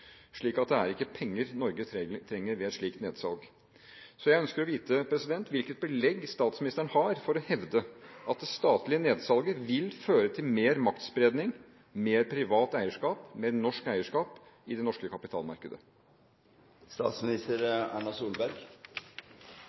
det er ikke penger Norge trenger ved et slikt nedsalg. Jeg ønsker å vite hvilket belegg statsministeren har for å hevde at det statlige nedsalget vil føre til mer maktspredning, mer privat eierskap og mer norsk eierskap i det norske